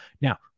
Now